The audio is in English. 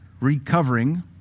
recovering